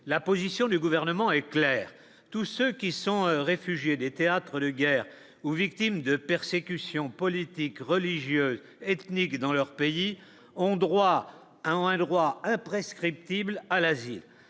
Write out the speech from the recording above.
la position du gouvernement est clair : tous ceux qui sont réfugiés des théâtres de guerre ou victimes de persécutions politiques, religieuses, ethniques dans leur pays, ont droit à un droit imprescriptible à l'Asie,